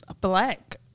black